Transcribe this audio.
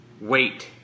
Wait